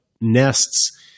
nests